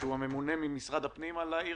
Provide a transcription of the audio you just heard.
הממונה ממשרד הפנים על העיר